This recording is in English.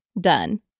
done